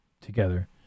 together